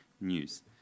news